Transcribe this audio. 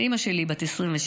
אימא שלי בת 26,